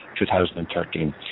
2013